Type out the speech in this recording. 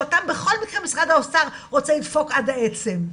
שאותם בכל מקרה, משרד האוצר רוצה לדפוק עד העצם.